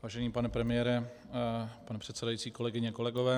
Vážený pane premiére, pane předsedající, kolegyně, kolegové.